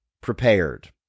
prepared